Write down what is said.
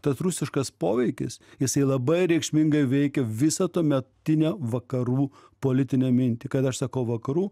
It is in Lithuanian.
tas rusiškas poveikis jisai labai reikšmingai veikė visą tuometinę vakarų politinę mintį kada aš sakau vakarų